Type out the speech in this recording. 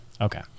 Okay